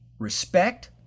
Respect